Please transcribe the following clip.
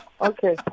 okay